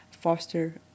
foster